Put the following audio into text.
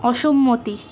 অসম্মতি